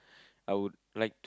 I would like